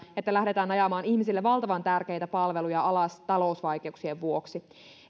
että lähdetään ajamaan ihmisille valtavan tärkeitä palveluja alas talousvaikeuksien vuoksi